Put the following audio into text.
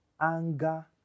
anger